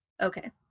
Okay